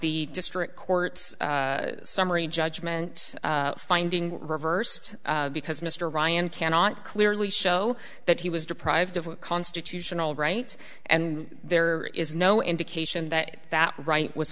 the district court summary judgment finding reversed because mr ryan cannot clearly show that he was deprived of a constitutional right and there is no indication that that right was